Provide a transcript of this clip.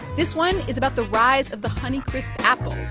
this one is about the rise of the honeycrisp apple.